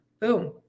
Boom